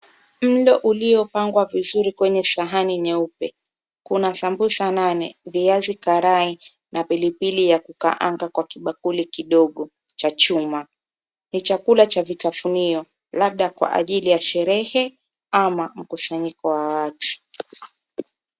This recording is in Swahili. Muundo iliyopangwa vizuri kwenye sahani nyeupe, kuna sambusa nane , viazi karai na pilipili ya kukaanga kwa kibakuli kidogo cha chuma. Ni chakula cha kitafunio labda kwa ajili ya sherehe ama mkusanyiko wa watu .